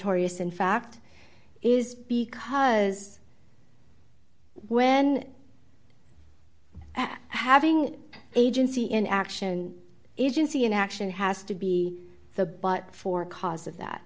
torious in fact is because when having agency in action agency an action has to be the but for cause of that